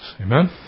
Amen